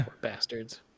bastards